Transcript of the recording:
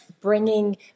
bringing